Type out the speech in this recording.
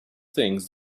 things